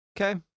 Okay